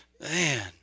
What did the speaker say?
Man